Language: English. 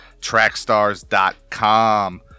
trackstars.com